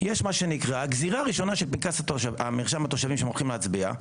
יש מה שנקרא גזירה ראשונה של פנקס מרשם התושבים שהולכים להצביע,